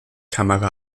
kamera